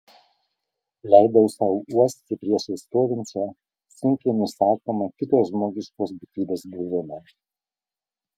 leidau sau uosti priešais stovinčią sunkiai nusakomą kitos žmogiškos būtybės buvimą